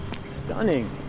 Stunning